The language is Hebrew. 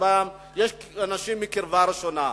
אנשים עם קרבה ראשונה,